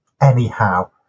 Anyhow